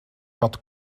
had